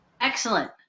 Excellent